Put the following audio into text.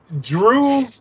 Drew